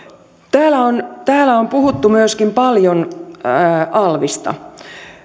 täällä on täällä on puhuttu myöskin paljon alvista